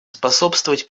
способствовать